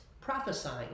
prophesying